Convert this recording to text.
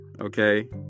okay